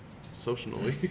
Socially